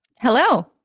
hello